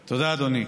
תודה, אדוני.